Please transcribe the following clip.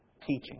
teaching